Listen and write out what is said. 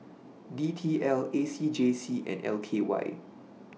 D T L A C J C and L K Y